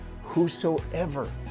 Whosoever